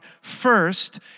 first